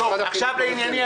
עכשיו לענייני.